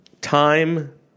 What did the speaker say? time